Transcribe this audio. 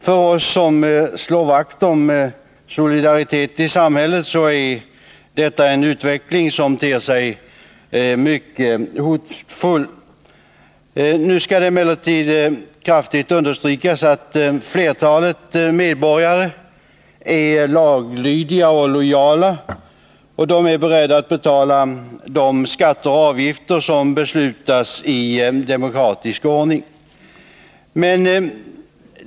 För oss som slår vakt om solidaritet i samhället är detta en utveckling som ter sig mycket hotfull. Nu skall det emellertid kraftigt understrykas att flertalet medborgare är laglydiga och lojala samt beredda att betala de skatter och avgifter som beslutas i demokratisk ordning.